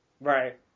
Right